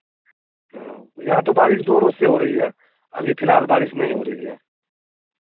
हाँ यहाँ तो बारिश दो रोज़ से हो रही है अभी फिलहाल बारिश नहीं हो रही है